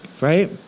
right